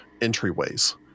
entryways